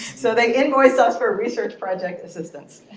so they invoice us for research project assistance.